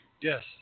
Yes